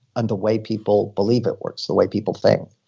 and the way people believe it works, the way people think.